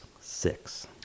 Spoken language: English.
six